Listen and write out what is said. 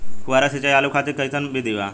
फुहारा सिंचाई आलू खातिर कइसन विधि बा?